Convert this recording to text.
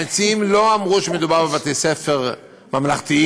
המציעים לא אמרו שמדובר בבתי-ספר ממלכתיים,